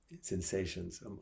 sensations